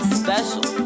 special